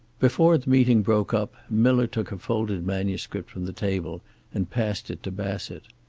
before the meeting broke up miller took a folded manuscript from the table and passed it to bassett.